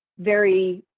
very